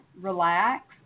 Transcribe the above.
relax